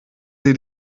sie